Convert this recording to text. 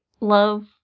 love